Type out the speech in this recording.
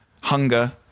hunger